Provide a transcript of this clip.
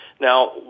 Now